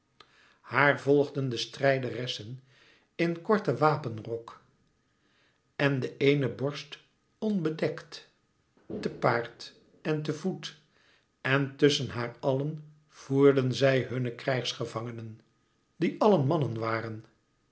haar volgden de strijderessen in korten wapenrok en de eene borst onbedekt te paard en te voet en tusschen haar allen voerden zij hunne krijgsgevangenen die allen mannen waren